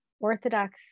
Orthodox